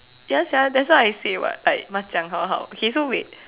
ya sia that's why I say what like must must 讲好好